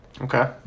okay